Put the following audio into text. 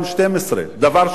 דבר שאי-אפשר לעמוד בו.